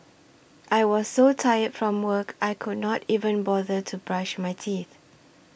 I was so tired from work I could not even bother to brush my teeth